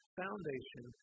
foundation